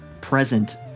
present